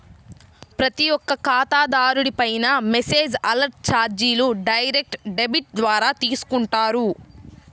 ప్రతి ఒక్క ఖాతాదారుడిపైనా మెసేజ్ అలర్ట్ చార్జీలు డైరెక్ట్ డెబిట్ ద్వారా తీసుకుంటారు